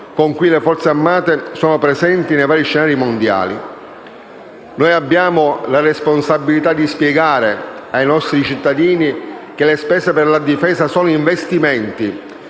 con cui le nostre Forze armate sono presenti nei vari scenari mondiali. Noi abbiamo la responsabilità di spiegare ai nostri cittadini che le spese per la difesa sono investimenti